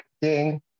Ding